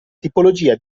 tipologia